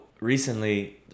recently